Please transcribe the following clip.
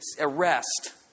arrest